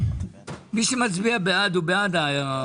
מי בעד קבלת ההסתייגות?